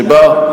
שבה,